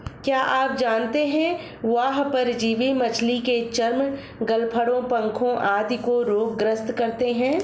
क्या आप जानते है बाह्य परजीवी मछली के चर्म, गलफड़ों, पंखों आदि को रोग ग्रस्त करते हैं?